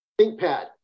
ThinkPad